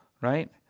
right